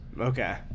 Okay